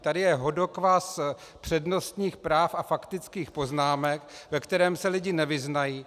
Tady je hodokvas přednostních práv a faktických poznámek, ve kterém se lidi nevyznají.